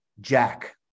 Jack